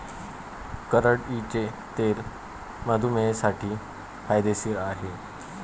करडईचे तेल मधुमेहींसाठी फायदेशीर आहे